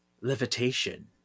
levitation